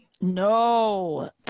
No